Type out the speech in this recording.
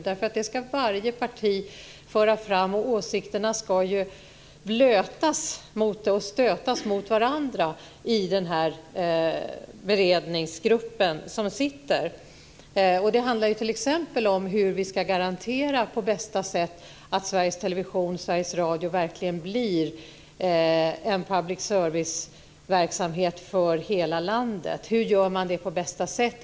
Det ska nämligen varje parti föra fram, och åsikterna ska blötas och stötas mot varandra i den beredningsgrupp som sitter. Det handlar t.ex. om hur vi på bästa sätt ska garantera att Sveriges Television och Sveriges Radio verkligen blir en public service-verksamhet för hela landet. Hur gör man det på bästa sätt?